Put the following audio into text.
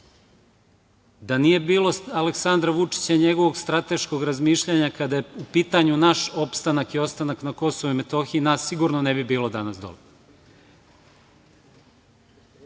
nije bilo Aleksandra Vučića i njegovog strateškog razmišljanja kada je u pitanju naš opstanak i ostanak na KiM, nas sigurno ne bi bilo danas dole.